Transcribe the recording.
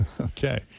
Okay